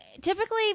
typically